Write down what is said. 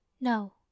no